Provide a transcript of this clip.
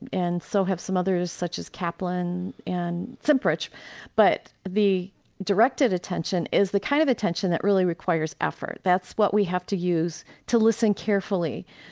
and so have some others such as kaplan and semprich but the directed attention is the kind of attention that really requires effort. that's what we have to use to listen carefully,